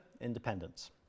independence